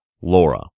Laura